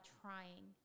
trying